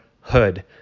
hood